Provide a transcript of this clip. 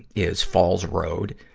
is falls road.